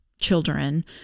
children